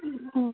okay